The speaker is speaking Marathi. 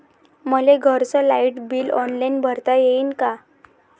मले घरचं लाईट बिल ऑनलाईन भरता येईन का?